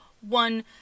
one